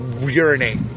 Urinate